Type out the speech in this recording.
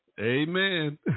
Amen